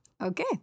okay